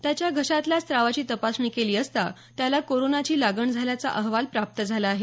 त्याच्या घशातल्या स्रावाची तपासणी केली असता त्याला कोरोनाची लागण झाल्याचा अहवाल प्राप्त झाला आहे